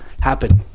happen